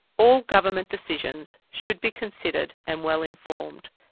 all government decisions should be considered and well informed,